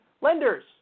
lenders